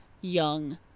young